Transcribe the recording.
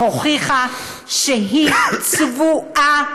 הוכיחה שהיא צבועה,